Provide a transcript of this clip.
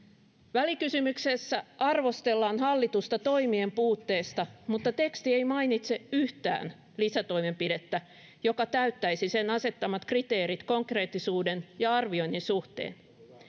välikysymyksessä arvostellaan hallitusta toimien puutteesta mutta teksti ei mainitse yhtään lisätoimenpidettä joka täyttäisi sen asettamat kriteerit konkreettisuuden ja arvioinnin suhteen